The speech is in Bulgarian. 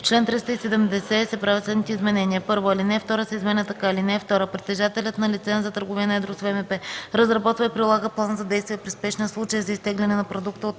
чл. 370 се правят следните изменения: 1. Алинея 2 се изменя така: „(2) Притежателят на лиценз за търговия на едро с ВМП разработва и прилага план за действие при спешни случаи за изтегляне на продукта от